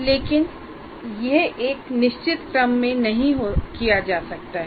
लेकिन यह एक निश्चित क्रम मे नहीं किया जा सकता है